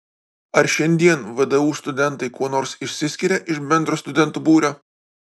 ar šiandien vdu studentai kuo nors išsiskiria iš bendro studentų būrio